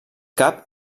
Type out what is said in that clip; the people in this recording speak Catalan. cap